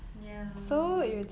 ya